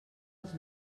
els